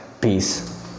peace